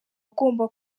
ugomba